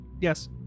Yes